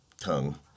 tongue